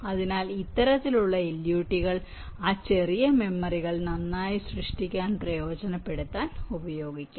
അതിനാൽ ഇത്തരത്തിലുള്ള LUT കൾ ആ ചെറിയ മെമ്മറികൾ നന്നായി സൃഷ്ടിക്കാൻ പ്രയോജനപ്പെടുത്താൻ ഉപയോഗിക്കാം